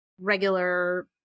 regular